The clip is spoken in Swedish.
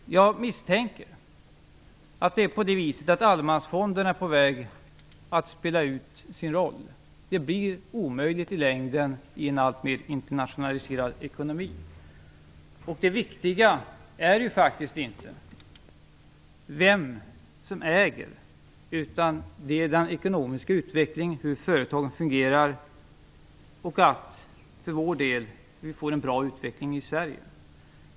Jag misstänker att allemansfonderna är på väg att ha spelat ut sin roll. De blir i längden omöjliga i en alltmer internationaliserad ekonomi. Det viktiga är ju faktiskt inte vem som äger, utan det viktiga är den ekonomiska utvecklingen, hur företagen fungerar och, för vår del, att vi får en bra utveckling i Sverige.